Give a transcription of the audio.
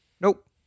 Nope